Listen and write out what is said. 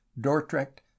dortrecht